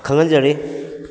ꯈꯪꯍꯟꯖꯔꯤ